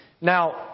Now